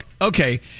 Okay